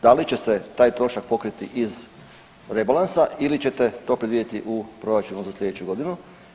Da li će se taj trošak pokriti iz rebalansa ili ćete to predvidjeti u proračunu za slijedeću godinu?